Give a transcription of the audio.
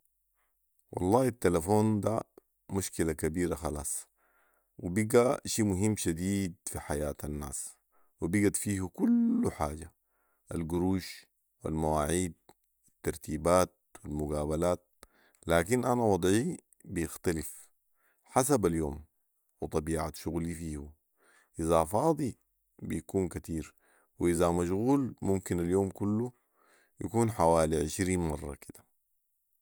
والله التلفون ده مشكله كبيره خلاص وبقي شي مهم شديد في حياه الناس وبقت فيه كل حاجه، القروش والمواعيد والترتيبات والمقابلات لكن انا وضعي بيختلف ، حسب اليوم و طبيعة شغلي فيه اذا فاضي بيكون كتير واذا مشغول ممكن اليوم كله يكون حوالي عشرين مره كده